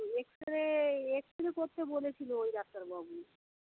x ray X ray করতে বলেছিল ওই ডাক্তারবাবু